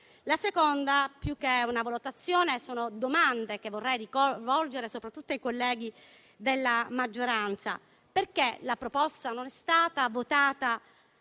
La seconda, più che una valutazione, sono domande che vorrei rivolgere soprattutto ai colleghi della maggioranza. Perché la proposta non è stata votata